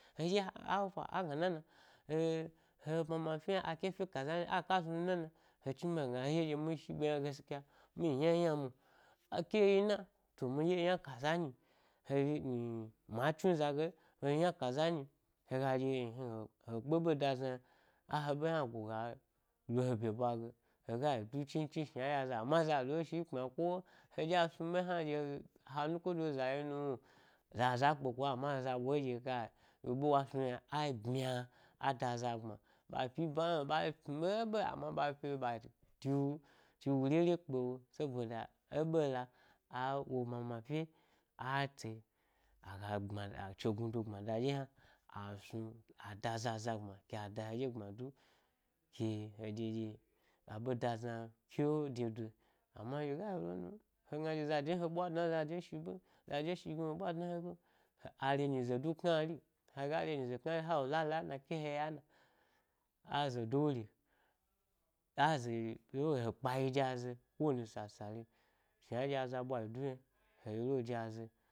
He ɗye how far, agna nana eh-he mama fye a ke fye kaza nyi, a ka snu snu nana, he chni ɓe hegna ɗye, ɗye mi shi ɓe yna gaskya mi yi ynayna mwo, a ke wo yina to mi ɗye eyna ka za nyi, he zhi, mmm ma chnu zage, e yna kaza nyi hega ɗye nhni, he kpe ɓe da zna yna, a he ɓe hna go ga lo he ɓye ɓwa ge hega yi du chin, chin, shna eɗye aza amma zado ɗye shi’ kpma ko heɗye a snu’ ɓe hna, ɗɓye ha nukodo’ za yi noo-zaza kpe kon amma eza ɓwa ye ɗye kai, ɗye ɓe wa snu yne a ɓmya-ada aza gbma ɓa fi ba hudo ɓa snu ɓe ɓen, amma ɓa fyo ɓa tiwu, tiwurere kpe wo, saboda e ɓela awo mama fye atsi aga gbmada, a chegnudo gbma da, ɗye hwa a snu ada za za gbma ke a da he ɗye gbma du, ke he ɗye ɗye, a ɓe da zna kyo-de do amma nɗye ga yi lo nun, hegna ɗye zade he ɓwa dna zade shi ɓe n zade shi gna wo ɓwa dna he, ɓe n, he, a re nyize knari hega re nyize knari halo lala na ke ya ena, aze doure, aze doure, he kpayi de azae, ko wani sassa le, shna ɗye aza ɓwa yi du yna he yilo de azae.